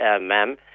ma'am